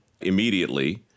immediately